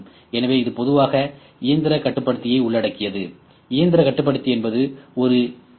எனவே இது பொதுவாக இயந்திரக் கட்டுப்படுத்தியை உள்ளடக்கியது இயந்திரக் கட்டுப்படுத்தி என்பது ஒரு யு